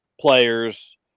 players